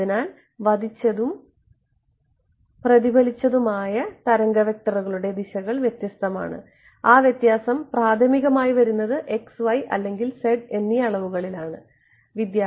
അതിനാൽ വധിച്ചതും പ്രതിഫലിച്ചതുമായ തരംഗ വെക്റ്ററുകളുടെ ദിശകൾ വ്യത്യസ്തമാണ് ആ വ്യത്യാസം പ്രാഥമികമായി വരുന്നത് x y അല്ലെങ്കിൽ z എന്നീ അളവുകളിൽ ആണ്